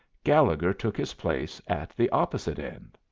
gallegher took his place at the opposite end.